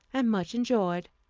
and much enjoyed.